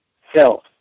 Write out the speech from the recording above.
health